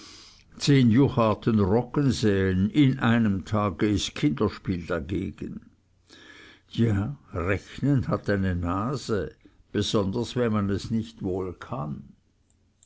zehn jucharten roggen säen in einem tage ist kinderspiel dagegen ja rechnen hat eine nase besonders wenn man es nicht wohl kann